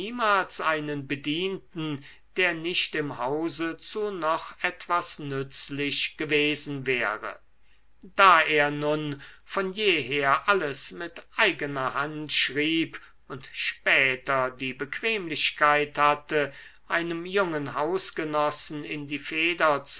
einen bedienten der nicht im hause zu noch etwas nützlich gewesen wäre da er nun von jeher alles mit eigener hand schrieb und später die bequemlichkeit hatte jenem jungen hausgenossen in die feder